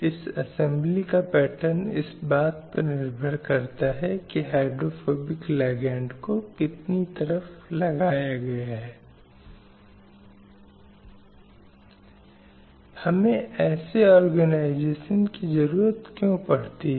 इसलिए अदालतों के साथ साथ अन्य संस्थानों को भी यह सुनिश्चित करना होगा कि लिंगों की समानता बनी रहे और भेदभावपूर्ण प्रथा के किसी भी उदाहरण को तुरंत समाप्त किया जाए या अलग रखा जाए